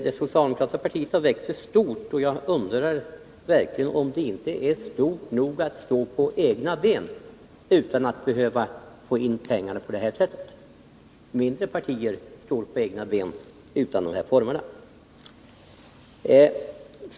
Det socialdemokratiska partiet har växt sig stort, och jag undrar verkligen om det inte är stort nog att stå på egna ben utan att behöva få in pengarna på det här sättet. Mindre partier står på egna ben utan de här formerna.